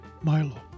Milo